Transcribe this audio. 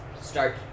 start